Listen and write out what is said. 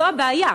זו הבעיה.